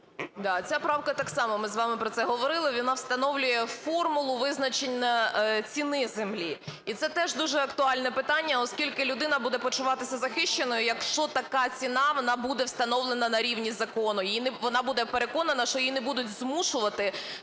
В.П. Ця правка так само, ми з вами про це говорили, вона встановлює формулу визначення ціни землі. І це теж дуже актуальне питання, оскільки людина буде почуватися захищеною, якщо така ціна вона буде встановлена на рівні закону. Вона буде переконана, що її не будуть змушувати